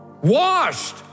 washed